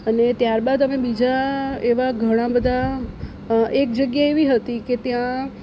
અને ત્યારબાદ અમે બીજા એવાં ઘણાં બધા એક જગ્યા એવી હતી કે ત્યાં